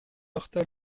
heurta